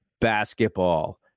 basketball